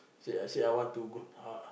say I say I want to uh